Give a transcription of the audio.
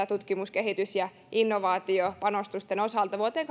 tutkimus kehitys ja innovaatiopanostusten osalta vuoteen